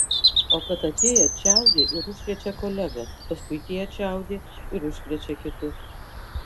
o kad atėję čiaudi ir užkrečia kolegas paskui tie čiaudi ir užkrečia kitus